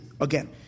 Again